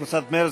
קבוצת מרצ,